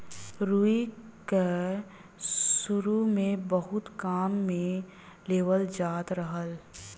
रुई क सुरु में बहुत काम में लेवल जात रहल